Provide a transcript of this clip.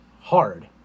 hard